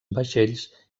vaixells